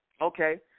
Okay